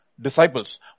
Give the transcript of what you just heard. disciples